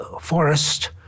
forest